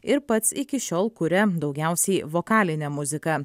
ir pats iki šiol kuria daugiausiai vokalinę muziką